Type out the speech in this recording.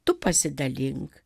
tu pasidalink